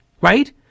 right